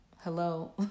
Hello